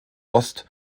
ost